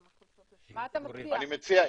אני מציע,